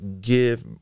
give